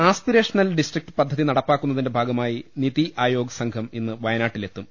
aspirational district പദ്ധതി നടപ്പാക്കുന്നതിന്റെ ഭാഗ മായി നിതിആയോഗ് സംഘം ഇന്ന് വയനാട്ടിലെത്തും